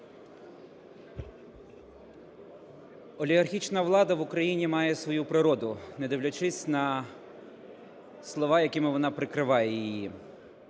Олігархічна влада в Україні має свою природу, не дивлячись на слова, якими вона прикриває її.